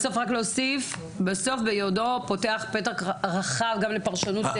בסוף "ביודעו" פותח פתח רחב גם לפרשנות.